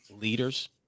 leaders